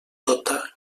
tota